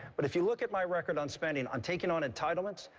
but if you look at my record on spending, on taking on entitlements,